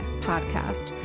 podcast